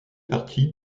partie